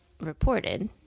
reported